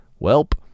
Welp